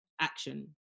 action